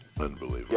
Unbelievable